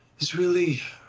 is really